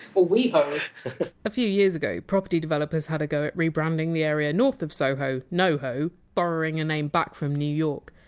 ah a few years ago, property developers had a go at rebranding the area north of soho! noho, borrowing a name back from new york.